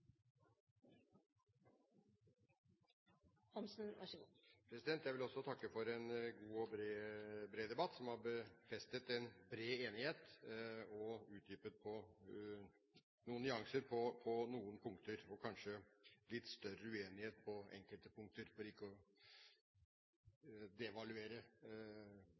bred debatt, som har befestet en bred enighet – og utdypet noen nyanser på noen punkter – og kanskje litt større uenighet på enkelte punkter, for ikke å devaluere